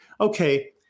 okay